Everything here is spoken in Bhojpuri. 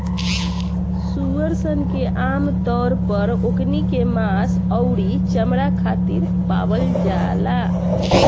सूअर सन के आमतौर पर ओकनी के मांस अउरी चमणा खातिर पालल जाला